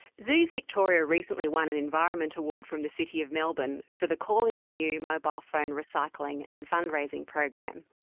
zoos victoria recently won an environment award from the city of melbourne for the calling on you mobile phone recycling and fund rasing program.